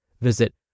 Visit